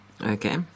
Okay